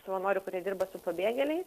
savanorių kurie dirba su pabėgėliais